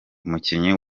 umukinnyi